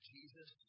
Jesus